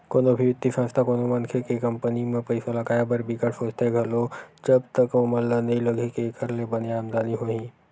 कोनो भी बित्तीय संस्था कोनो मनखे के कंपनी म पइसा लगाए बर बिकट सोचथे घलो जब तक ओमन ल नइ लगही के एखर ले बने आमदानी होही